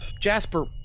Jasper